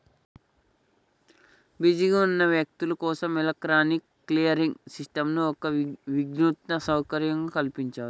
బిజీగా ఉన్న వ్యక్తులు కోసం ఎలక్ట్రానిక్ క్లియరింగ్ సిస్టంను ఒక వినూత్న సౌకర్యంగా కల్పించారు